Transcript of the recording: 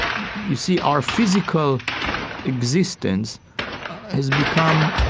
you see, our physical existence has become